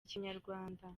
ikinyarwanda